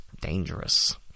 dangerous